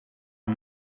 een